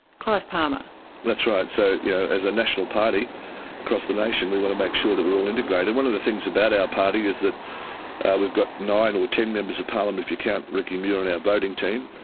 clive palmer that's right, so yeah as a national party across the nation we want to make sure that we are all integrated. one of the things about our party is that we've got nine or ten members of parliament, if you count ricky muir on our voting team,